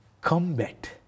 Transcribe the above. combat